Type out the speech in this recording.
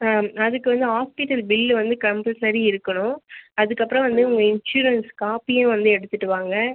அதுக்கு வந்து hospital bill வந்து கம்பல்சரி இருக்கணும் அதுக்கப்புறம் வந்து உங்கள் இன்ஷுரன்ஸ் காப்பியும் வந்து எடுத்துகிட்டு வாங்க